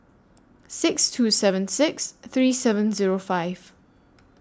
six two seven six three seven Zero five